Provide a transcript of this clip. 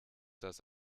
das